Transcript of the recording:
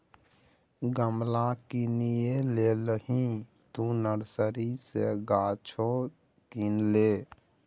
गमला किनिये लेलही तँ नर्सरी सँ गाछो किन ले